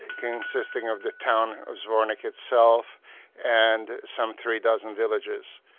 consisting of the town of zvornik itself and some three dozen villages.